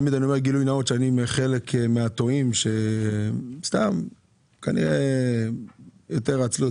אני חלק מהטועים; כנראה שיותר מעצלות,